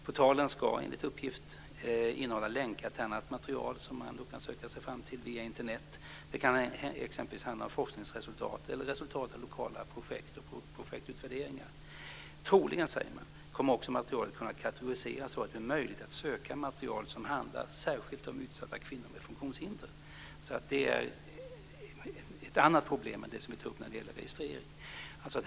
Portalen ska enligt uppgift innehålla länkar till annat material som man kan söka sig fram till via Internet. Det kan exempelvis handla om forskningsresultat, resultat av lokala projekt eller projektutvärderingar. Man säger också att materialet troligen kommer att kategoriseras så att det blir möjligt att söka material som särskilt handlar om utsatta kvinnor med funktionshinder. Detta medför andra problem än dem som rör registrering.